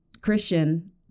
christian